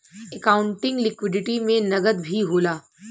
accounting liquidity में नकद भी होला